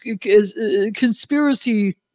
conspiracy